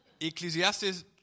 Ecclesiastes